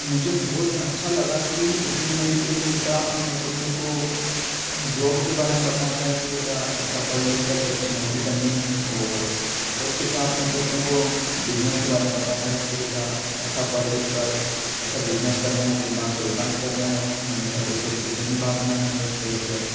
मुझे बहुत अच्छा लगा कि उसमें एक पिता अपने पुत्र को जॉब के बारे में बताता है कि बेटा अच्छा पढ़ लिख कर अच्छी नौकरी करनी है और एक पिता अपने पुत्र को बिज़नेस के बारे में बताता है कि बेटा अच्छा पढ़ लिख कर अच्छा बिज़नेस करना है दिमागह का विकास करना है हमेशा पैसों के पीछे नहीं भागना है एक